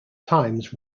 times